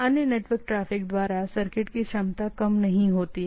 अन्य network traffic द्वारा circuit की क्षमता कम नहीं होती है